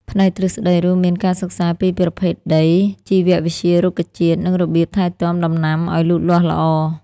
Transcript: ផ្នែកទ្រឹស្តីរួមមានការសិក្សាពីប្រភេទដី ជីវវិទ្យារុក្ខជាតិ និងរបៀបថែទាំដំណាំឱ្យលូតលាស់ល្អ។